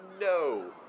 No